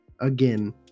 again